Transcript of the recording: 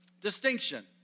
Distinction